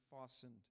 fastened